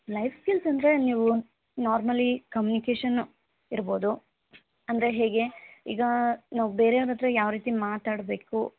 life skills ಅಂದರೆ ನೀವು normally ಕಮ್ಯುನಿಕೇಶನ್ನು ಇರಬೋದು ಅಂದರೆ ಹೇಗೆ ಈಗ ನಾವು ಬೇರೆಯವ್ರತ್ರ ಯಾವರೀತಿ ಮಾತಾಡಬೇಕು